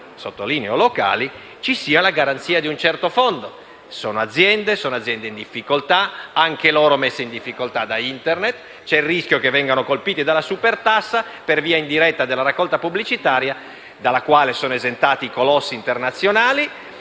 (sottolineo, locali), ci sia la garanzia di un certo fondo. Sono aziende in difficoltà, anche loro messe in difficoltà da Internet; c'è il rischio che vengano colpite, per via indiretta, dalla supertassa sulla raccolta pubblicitaria, dalla quale sono esentati i colossi internazionali: